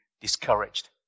discouraged